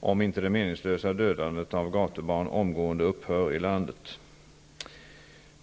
om inte det meningslösa dödandet av gatubarn omgående upphör i landet.